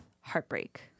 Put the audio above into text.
heartbreak